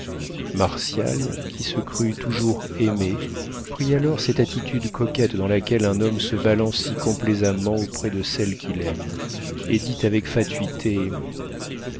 qui se crut toujours aimé prit alors cette attitude coquette dans laquelle un homme se balance si complaisamment auprès de celle qu'il aime et dit avec fatuité